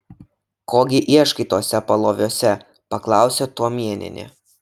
ko gi ieškai tuose paloviuose paklausė tuomėnienė